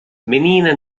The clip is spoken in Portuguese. menina